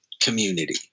community